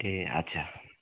ए आच्छा